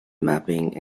mapping